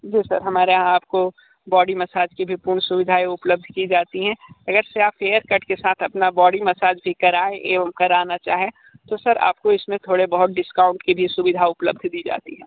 जी sir हमारे यहां आपको बॉडी मसाज की भी पूर्ण सुविधाएं उपलब्ध की जाती हैं अगर से आप हेअरकट के साथ अपना बॉडी मसाज भी कराएं एवं कराना चाहें तो सर आपको इसमें थोड़े बहुत डिस्काउंट की भी सुविधा उपलब्ध की जाती है